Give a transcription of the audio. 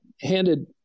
handed